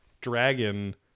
Dragon